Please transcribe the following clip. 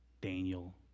Daniel